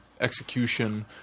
execution